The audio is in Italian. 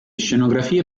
scenografie